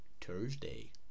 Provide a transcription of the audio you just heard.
Thursday